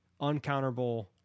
uncounterable